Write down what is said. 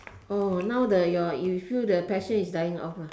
oh now the your you feel the passion is dying off ah